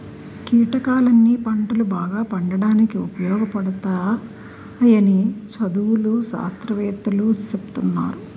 కీటకాలన్నీ పంటలు బాగా పండడానికి ఉపయోగపడతాయని చదువులు, శాస్త్రవేత్తలూ సెప్తున్నారు